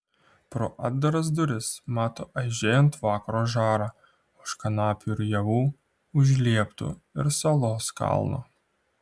pro atdaras duris mato aižėjant vakaro žarą už kanapių ir javų už lieptų ir salos kalno